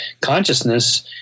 consciousness